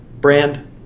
brand